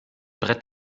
brett